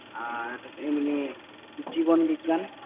আর এমনি জীবনবিজ্ঞান